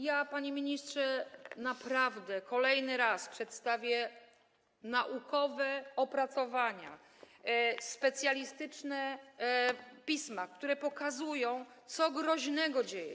Ja, panie ministrze, naprawdę kolejny raz przedstawię naukowe opracowania, specjalistyczne pisma, które pokazują, co groźnego się dzieje.